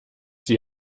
sie